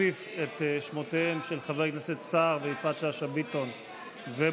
נוסיף את שמותיהם של חברי הכנסת סער ויפעת שאשא ביטון וברקת.